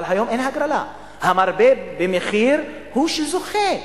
אבל היום אין הגרלה, המרבה במחיר הוא שזוכה,